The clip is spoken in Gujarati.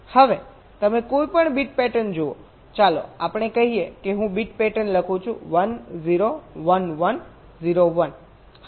હવે તમે કોઈપણ બીટ પેટર્ન જુઓચાલો આપણે કહીએ કે હું બીટ પેટર્ન લખું છું 1 0 1 1 0 1